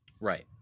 Right